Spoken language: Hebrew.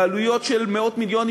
בעלויות של מאות מיליונים,